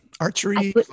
archery